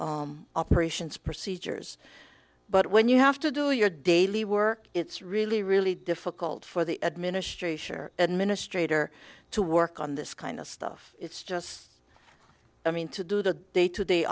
operations procedures but when you have to do your daily work it's really really difficult for the administration administrator to work on this kind of stuff it's just i mean to do the day to day